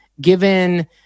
given